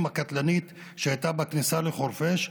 הקטלנית שהייתה בכניסה המזרחית לחורפיש,